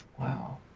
wow